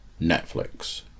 Netflix